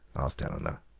asked eleanor.